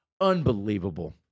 Unbelievable